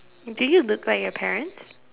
do you look like your parents